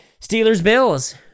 Steelers-Bills